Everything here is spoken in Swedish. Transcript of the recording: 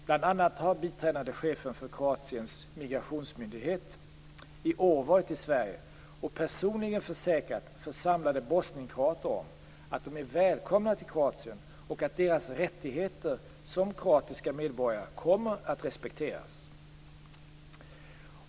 Bl.a. har biträdande chefen för Kroatiens migrationsmyndighet i år varit i Sverige och personligen försäkrat församlade bosnienkroater om att de är välkomna till Kroatien och att deras rättigheter som kroatiska medborgare kommer att respekteras.